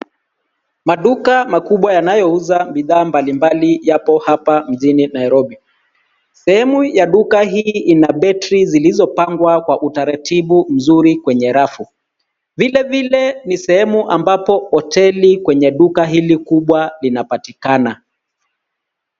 Maduka makubwa yanayouza bidhaa mbalimbali yapo hapa mjini Nairobi ,sehemu ya duka hii ina battery zilizopangwa kwa utaratibu mzuri kwenye rafu, vile vile ni sehemu ambapo hoteli kwenye duka hili kubwa inapatikana.